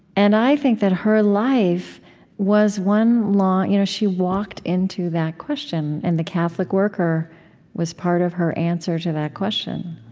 and i think that her life was one long you know she walked into that question. and the catholic worker was part of her answer to that question.